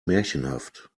märchenhaft